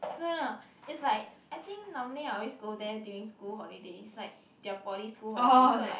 no no no it's like I think normally I always go there during school holidays like their poly school holidays so like